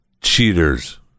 cheaters